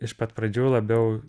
iš pat pradžių labiau